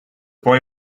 boy